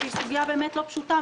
שהוא סוגיה באמת לא פשוטה.